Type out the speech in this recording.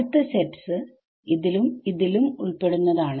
അടുത്ത സെറ്റ്സ് ലും ലും ഉൾപ്പെടുന്നതാണ്